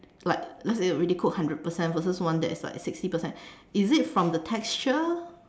like let's say really cook hundred percent versus one that is like sixty percent is it from the texture